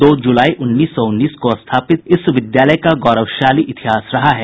दो जुलाई उन्नीस सौ उन्नीस को स्थापित इस विद्यालय का गौरवशाली इतिहास रहा है